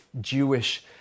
Jewish